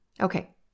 Okay